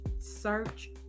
search